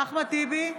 אינו נוכח עופר כסיף,